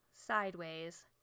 sideways